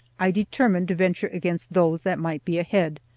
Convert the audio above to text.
i determined to venture against those that might be ahead,